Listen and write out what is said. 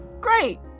great